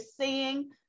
seeing